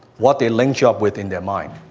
what they link you up with in their mind.